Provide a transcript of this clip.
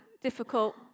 difficult